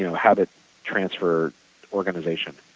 you know habit transfer organization.